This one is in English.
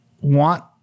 want